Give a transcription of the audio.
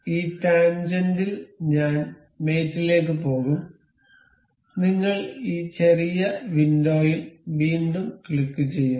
ഈ ടാൻജെന്റിൽ ഞാൻ മേറ്റ് ലേക്ക് പോകുംനിങ്ങൾ ഈ ചെറിയ വിൻഡോയിൽ വീണ്ടും ക്ലിക്കുചെയ്യുന്നു